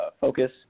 focus